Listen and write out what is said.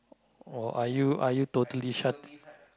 or are you are you totally shut